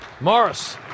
Morris